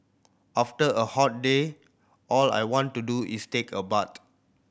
after a hot day all I want to do is take a bath